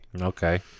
okay